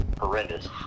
horrendous